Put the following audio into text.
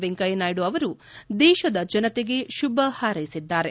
ವೆಂಕಯ್ಣನಾಯ್ಡ ಅವರು ದೇಶದ ಜನತೆಗೆ ಶುಭ ಹಾರ್ನೆಸಿದ್ದಾರೆ